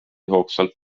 hoogsalt